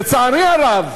לצערי הרב,